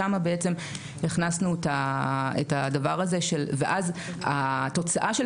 שם בעצם הכנסנו את הדבר הזה ואז התוצאה של